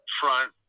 front